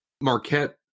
Marquette